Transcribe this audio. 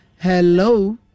hello